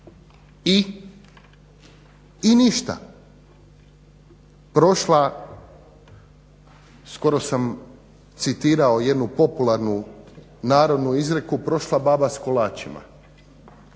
i ništa. Prošla skoro sam citirao jednu popularnu narodnu izreku "prošla baba s kolačima",